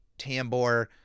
Tambor